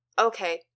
Okay